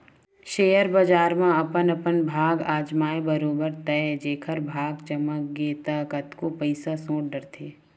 share बजार म अपन अपन भाग अजमाय बरोबर ताय जेखर भाग चमक गे ता कतको पइसा सोट डरथे